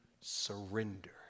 surrender